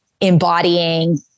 embodying